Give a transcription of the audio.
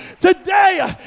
Today